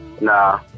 nah